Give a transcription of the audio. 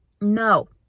No